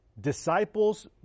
disciples